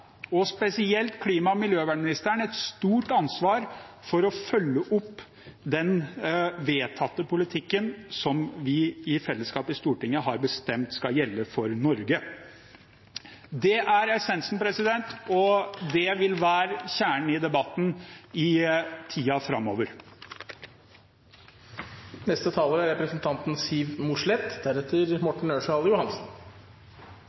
og spesielt klima- og miljøministeren, et stort ansvar for å følge opp den vedtatte politikken som vi i fellesskap i Stortinget har bestemt skal gjelde for Norge. Det er essensen, og det vil være kjernen i debatten i tiden framover. På kontoret mitt her på Stortinget har jeg et bilde. Bildet er